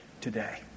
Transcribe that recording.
today